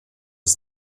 was